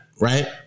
right